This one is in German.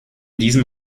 diesem